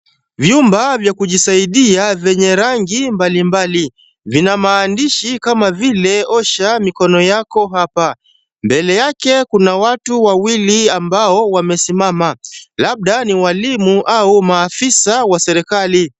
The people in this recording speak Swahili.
Vyumba vya kujisaidia vyenye rangi mbalimbali. Vina maandishi kama vile osha mikono yako hapa. Mbele yake kuna watu wawili ambao wamesimama, labda ni walimu au maafisa wa serikali.